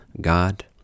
God